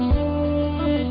yeah